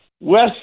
West